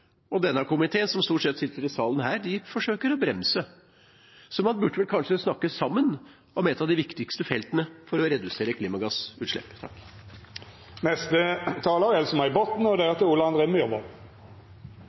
og den komiteen som sitter i salen her, stort sett, forsøker å bremse. Så man burde vel kanskje snakke sammen om et av de viktigste feltene for å redusere klimagassutslipp. Det er veldig interessant å høre denne diskusjonen, for det er